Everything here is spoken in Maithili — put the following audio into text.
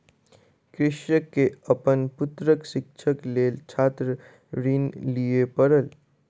कृषक के अपन पुत्रक शिक्षाक लेल छात्र ऋण लिअ पड़ल